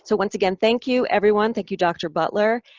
so once again, thank you everyone. thank you, dr. butler,